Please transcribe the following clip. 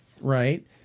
right